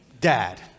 dad